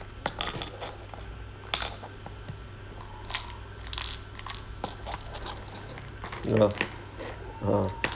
ya ha